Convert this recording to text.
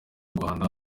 rwanda